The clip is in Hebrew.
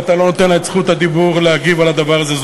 ואתה לא נותן לה את זכות הדיבור להגיב על הדבר הזה.